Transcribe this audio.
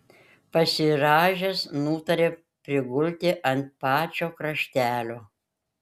pasirąžęs nutarė prigulti ant pačio kraštelio